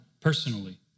Personally